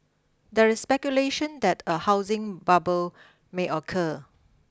there is speculation that a housing bubble may occur